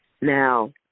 now